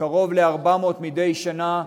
קרוב ל-400 מדי שנה,